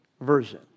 version